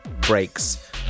breaks